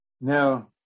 Now